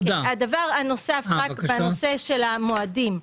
הדבר הנוסף בנושא של המועדים.